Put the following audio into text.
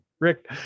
Rick